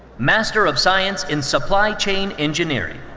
master of science in supply chain engineering.